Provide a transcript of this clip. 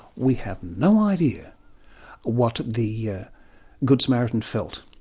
we have no idea what the yeah good samaritan felt.